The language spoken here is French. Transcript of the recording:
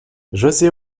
josé